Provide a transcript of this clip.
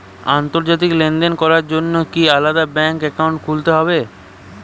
আন্তর্জাতিক লেনদেন করার জন্য কি আলাদা ব্যাংক অ্যাকাউন্ট খুলতে হবে?